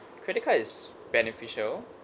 credit card is beneficial